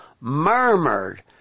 murmured